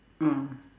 ah